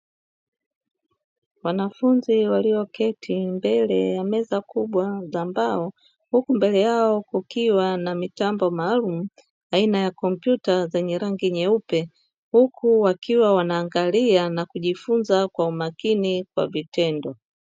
Wanafunzi walioketi mbele ya meza kubwa za mbao, huku mbele yao kukiwa na mitambo maalumu aina ya kompyuta zenye rangi nyeupe, huku wakiwa wanaangalia na kujifunza kwa umakini kwa vitendo.